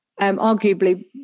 Arguably